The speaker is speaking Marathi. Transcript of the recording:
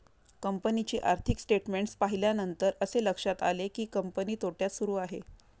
कंपनीचे आर्थिक स्टेटमेंट्स पाहिल्यानंतर असे लक्षात आले की, कंपनी तोट्यात सुरू आहे